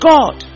God